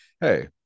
hey